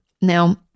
Now